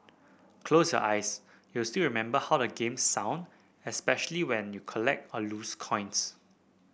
close your eyes you'll still remember how the game sound especially when you collect or lose coins